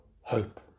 hope